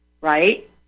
right